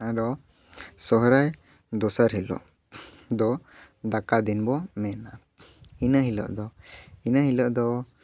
ᱟᱫᱚ ᱥᱚᱦᱨᱟᱭ ᱫᱚᱥᱟᱨ ᱦᱤᱞᱳᱜ ᱫᱚ ᱫᱟᱠᱟ ᱫᱤᱱ ᱵᱚ ᱢᱮᱱᱟ ᱤᱱᱟᱹ ᱦᱤᱞᱳᱜ ᱫᱚ ᱤᱱᱟᱹ ᱦᱤᱞᱳᱜ ᱫᱚ